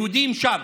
יהודים שם.